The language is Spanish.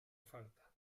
falta